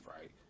right